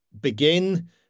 begin